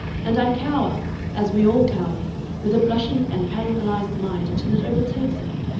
and i cower as we all cower with a blushing and paralyzed mind until it overtakes me.